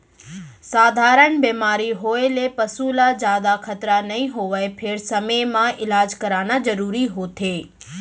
सधारन बेमारी होए ले पसू ल जादा खतरा नइ होवय फेर समे म इलाज कराना जरूरी होथे